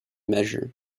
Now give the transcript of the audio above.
measure